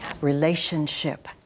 Relationship